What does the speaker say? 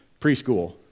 preschool